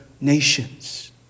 nations